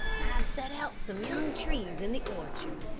i've set out some young trees in the orchard,